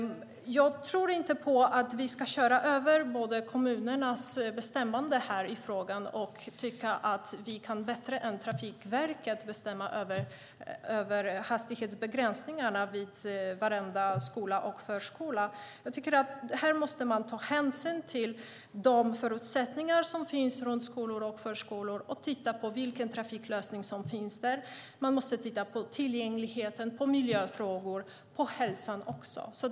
Jag tror inte på att vi ska köra över kommunernas bestämmande i frågan och tycka att vi bättre än Trafikverket kan bestämma över hastighetsbegränsningarna vid varenda skola och förskola. Man måste ta hänsyn till de förutsättningar som finns runt skolor och förskolor och titta på vilken trafiklösning som finns där. Man måste titta på tillgängligheten och miljöfrågorna och även på hälsan.